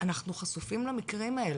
אנחנו חשופים למקרים האלה.